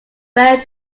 where